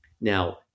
now